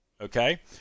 Okay